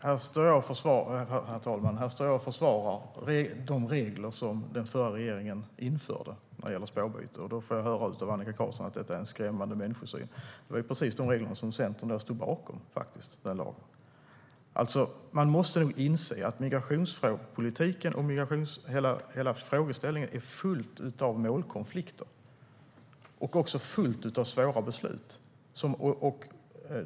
Herr talman! Här står jag och försvarar de regler för spårbyte som den förra regeringen införde. Då får jag höra av Annika Qarlsson att det är en skrämmande människosyn. Det var precis de reglerna Centern stod bakom. Man måste inse att migrationspolitiken och hela frågeställningen är full av målkonflikter och svåra beslut.